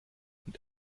mit